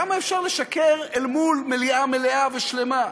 כמה אפשר לשקר אל מול מליאה מלאה ושלמה?